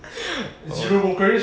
oh